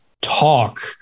talk